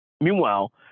Meanwhile